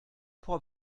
pour